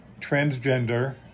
transgender